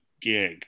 gig